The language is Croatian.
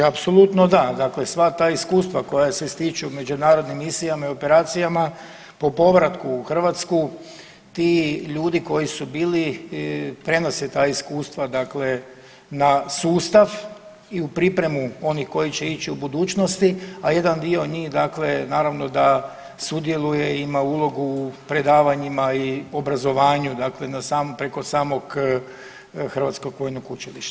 Apsolutno da, dakle sva ta iskustva koja se stiču u međunarodnim misijama i operacijama po povratku u Hrvatsku ti ljudi koji su bili prenose ta iskustva na sustav i u pripremu onih koji će ići u budućnosti, a jedan dio njih naravno da sudjeluje i ima ulogu u predavanjima i obrazovanju dakle preko samog Hrvatskog vojnog učilišta.